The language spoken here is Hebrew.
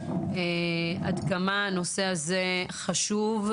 עד כמה הנושא הזה חשוב,